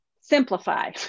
simplify